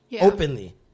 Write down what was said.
openly